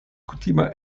kutima